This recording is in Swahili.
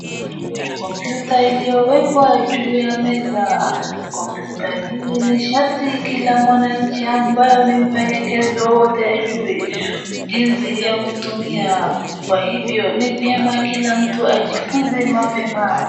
Kuna kompyuta iliyowekwa juu ya meza. Kompyuta hii ni sharti kila mwananchi ambaye ni mfanyikazi ajue jinsi ya kutumia. Kwa hivyo ni vyema kila mtu ajifunze mapema.